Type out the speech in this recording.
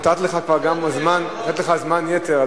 נתתי לך זמן יתר.